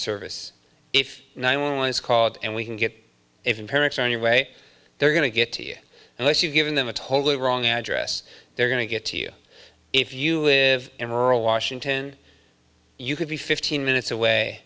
if one is called and we can get even parents on your way they're going to get to you unless you've given them a totally wrong address they're going to get to you if you live in rural washington you could be fifteen minutes away